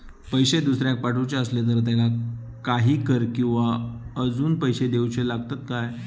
पैशे दुसऱ्याक पाठवूचे आसले तर त्याका काही कर किवा अजून पैशे देऊचे लागतत काय?